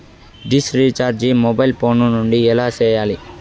dish recharge mobile phone నుండి ఎలా సేయాలి